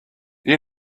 you